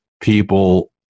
People